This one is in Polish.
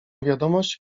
wiadomość